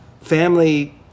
family